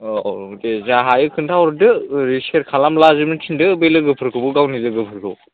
औ दे जा हायो खोन्थाहरदो ओरै स्यार खालामला जोबनो थिनदो बे लोगोफोरखौबो गावनि लोगोफोरखौ